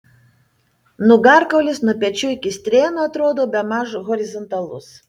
nugarkaulis nuo pečių iki strėnų atrodo bemaž horizontalus